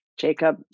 Jacob